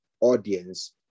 audience